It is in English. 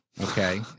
okay